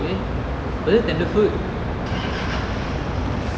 eh was it tenderfoot